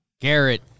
Garrett